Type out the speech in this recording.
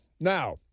Now